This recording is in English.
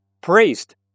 priest